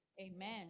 Amen